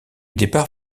départ